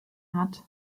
hat